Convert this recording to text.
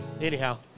Anyhow